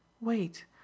wait